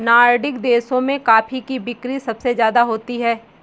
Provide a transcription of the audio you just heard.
Nordic देशों में coffee की बिक्री सबसे ज्यादा होती है